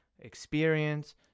experience